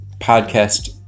podcast